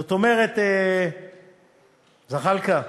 זאת אומרת, זחאלקה,